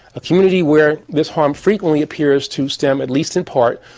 a community where this harm frequently appears to stem, at least in part,